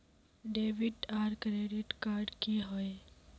Debit आर credit card की होय?